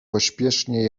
pośpiesznie